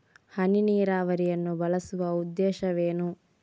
ಹನಿ ನೀರಾವರಿಯನ್ನು ಬಳಸುವ ಉದ್ದೇಶವೇನು?